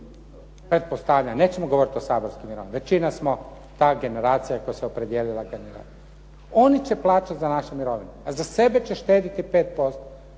pretpostavljam nećemo govoriti o saborskim mirovinama, većina smo ta generacija koja se opredijelila …/Govornik se ne razumije./… Oni će plaćati za naše mirovine a za sebe će štedjeti 5%